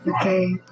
Okay